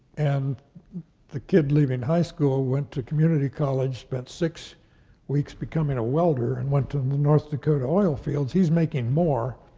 and the kid leaving high school ah went to community college, spent six weeks becoming a welder, and went to the north dakota oil fields, he's making more